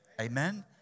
Amen